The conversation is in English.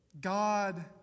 God